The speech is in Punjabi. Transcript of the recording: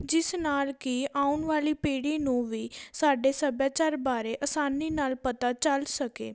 ਜਿਸ ਨਾਲ ਕੀ ਆਉਣ ਵਾਲੀ ਪੀੜ੍ਹੀ ਨੂੰ ਵੀ ਸਾਡੇ ਸੱਭਿਆਚਾਰ ਬਾਰੇ ਆਸਾਨੀ ਨਾਲ ਪਤਾ ਚੱਲ ਸਕੇ